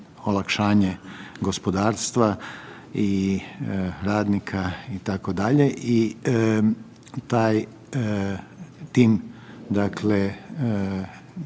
olakšanje gospodarstva i radnika itd. i taj tim, dakle